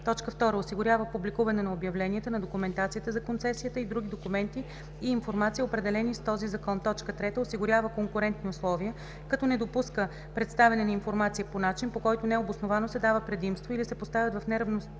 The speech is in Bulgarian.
2. осигурява публикуване на обявленията, на документацията за концесията и на други документи и информация, определени с този закон; 3. осигурява конкурентни условия, като не допуска предоставяне на информация по начин, по който необосновано се дава предимство или се поставят в неравностойно